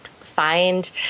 find